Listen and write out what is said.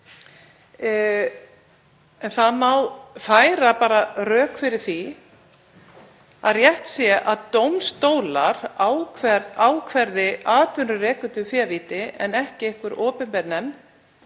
En það má færa rök fyrir því að rétt sé að dómstólar ákvarði atvinnurekendum févíti en ekki einhver opinber nefnd